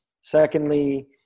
secondly